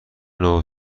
نوع